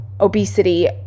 obesity